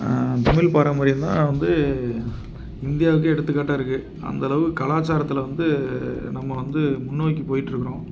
தமிழ் பாரம்பரியம் தான் வந்து இந்தியாவுக்கே எடுத்துக்காட்டாக இருக்குது அந்தளவு கலாச்சாரத்தில் வந்து நம்ம வந்து முன்னோக்கி போயிகிட்ருக்குறோம்